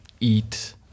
eat